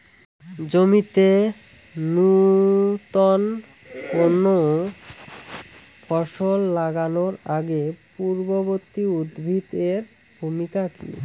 জমিতে নুতন কোনো ফসল লাগানোর আগে পূর্ববর্তী উদ্ভিদ এর ভূমিকা কি?